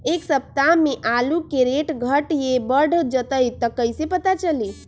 एक सप्ताह मे आलू के रेट घट ये बढ़ जतई त कईसे पता चली?